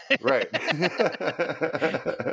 Right